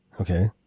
Okay